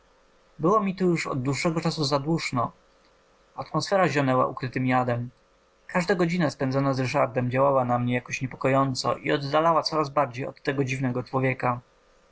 było mi tu już od dłuższego czasu za duszno atmosfera zionęła ukrytym jadem każda godzina spędzona z ryszardem działała na mnie jakoś niepokojąco i oddalała coraz bardziej od tego dziwnego człowieka